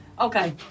Okay